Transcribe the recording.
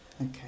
Okay